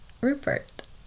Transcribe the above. Rupert